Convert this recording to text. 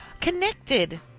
Connected